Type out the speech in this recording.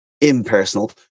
impersonal